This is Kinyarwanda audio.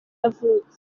yavutse